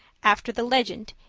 after the legend,